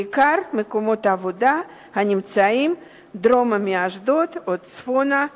בעיקר מקומות עבודה הנמצאים דרומית לאשדוד וצפונית לחיפה.